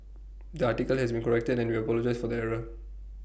the article has been corrected and we apologise for the error